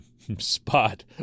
spot